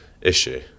issue